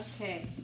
Okay